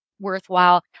worthwhile